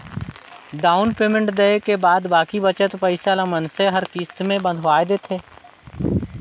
down payment देय के बाद बाकी बचत पइसा ल मइनसे हर किस्त में बंधवाए देथे